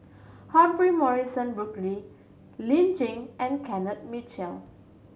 Humphrey Morrison Burkill Lin Chen and Kenneth Mitchell